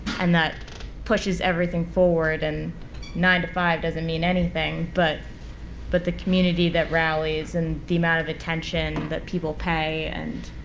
and that pushes everything forward and nine to five doesn't mean anything. but but the community that rallies and the amount of attention that people pay and